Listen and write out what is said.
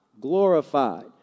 glorified